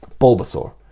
Bulbasaur